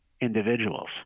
individuals